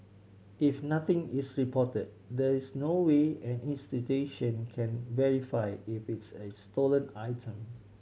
if nothing is reported there is no way an institution can verify if it's is stolen item